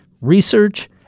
research